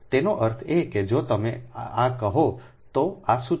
તેનો અર્થ એ કે જો તમે આ કહો તો આ સૂત્ર